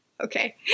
Okay